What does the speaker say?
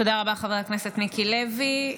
תודה רבה, חבר הכנסת מיקי לוי.